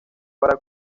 para